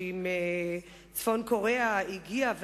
שהיא הגיעה אליהן,